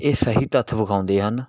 ਇਹ ਸਹੀ ਤੱਥ ਵਿਖਾਉਂਦੇ ਹਨ